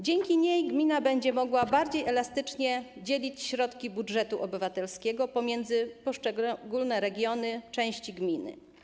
Dzięki niej gmina będzie mogła bardziej elastycznie dzielić środki budżetu obywatelskiego pomiędzy poszczególne regiony, części gminy.